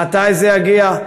מתי זה יגיע.